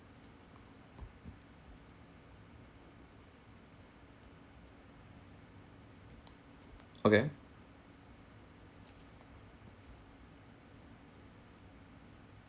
okay